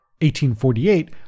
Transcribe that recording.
1848